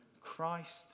Christ